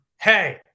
hey